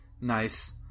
Nice